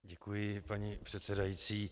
Děkuji, paní předsedající.